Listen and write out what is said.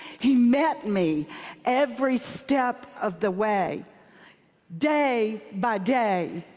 he met me every step of the way day by day,